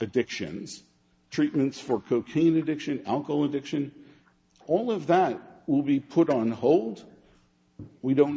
addictions treatments for cocaine addiction alcohol addiction all of that will be put on hold we don't